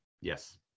Yes